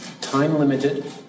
time-limited